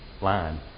line